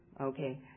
okay